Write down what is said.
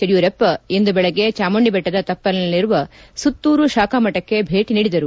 ಯಡಿಯೂರಪ್ಪ ಇಂದು ಬೆಳಗ್ಗೆ ಚಾಮುಂಡಿಬೆಟ್ಟದ ತಪ್ಪಲಿನಲ್ಲಿರುವ ಸುತ್ತೂರು ಶಾಖಾ ಮಠಕ್ಕೆ ಭೇಟಿ ನೀಡಿದರು